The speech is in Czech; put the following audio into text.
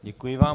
Děkuji vám.